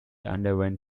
underwent